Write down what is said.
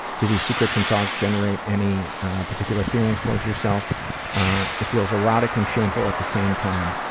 do these secrets and thoughts generate any particular feelings towards yourself it feels erotic and shameful at the same time.